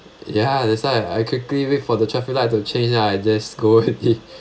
ya that's why I quickly wait for the traffic light to change ah just go already